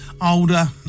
Older